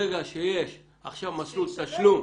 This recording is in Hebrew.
ברגע שיש עכשיו מסלול תשלום